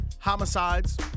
homicides